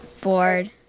Bored